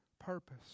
purpose